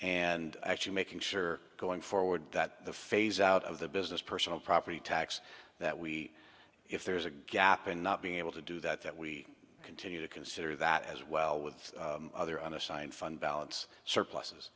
and actually making sure going forward that the phase out of the business personal property tax that we if there's a gap and not being able to do that that we continue to consider that as well with other unassigned fund balance surpluses